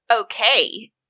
okay